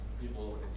people